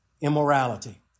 immorality